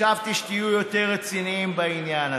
חשבתי שתהיו יותר רציניים בעניין הזה.